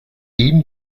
ihm